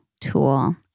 tool